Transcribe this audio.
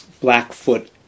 Blackfoot